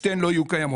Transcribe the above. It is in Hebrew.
שתיהן לא יהיו קיימות.